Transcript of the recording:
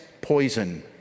poison